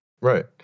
Right